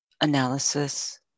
analysis